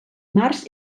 març